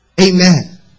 Amen